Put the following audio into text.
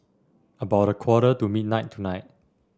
about a quarter to midnight tonight